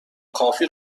کافی